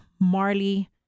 Marley